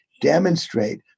demonstrate